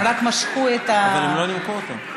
הם רק משכו את, אבל הם לא נימקו אותן.